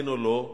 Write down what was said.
כן או לא,